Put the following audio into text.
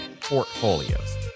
portfolios